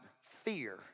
fear